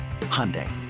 Hyundai